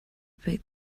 big